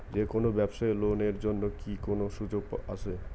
যে কোনো ব্যবসায়ী লোন এর জন্যে কি কোনো সুযোগ আসে?